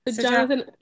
Jonathan